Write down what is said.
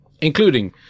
including